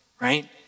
right